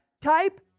Type